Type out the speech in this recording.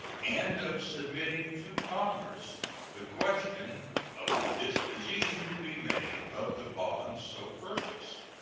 and of submitting to congress the question of the disposition to be made of the bonds so purchased.